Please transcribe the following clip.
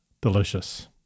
delicious